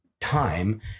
time